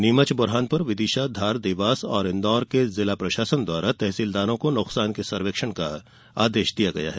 नीमच बुरहानपुर विदिशा धार देवास और इन्दौर के जिला प्रशासन द्वारा तहसीलदारों को नुकसान के सर्वेक्षण का आदेश दिया गया है